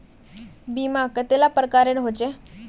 बीमा कतेला प्रकारेर होचे?